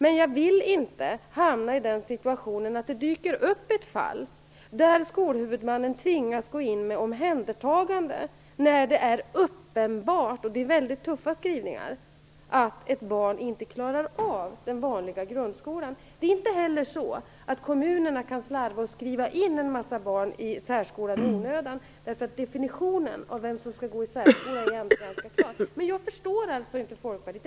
Men jag vill inte hamna i den situationen att det dyker upp ett fall där skolhuvudmannen tvingas gå in och göra ett omhändertagande när det är uppenbart - och det är väldigt tuffa skrivningar här - att ett barn inte klarar av den vanliga grundskolan. Det är inte heller så att kommunerna kan slarva och skriva in en massa barn i särskolan i onödan. Definitionen av vem som skall gå i särskolan är ganska klar. Jag förstår alltså inte Folkpartiet.